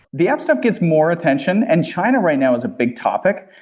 the app stuff gets more attention, and china right now is a big topic,